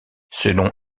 selon